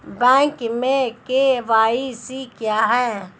Bank में KYC क्या है?